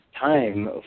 time